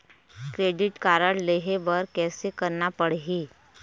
Credit card लेहे बर कैसे करना पड़ही?